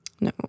no